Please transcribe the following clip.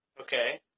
Okay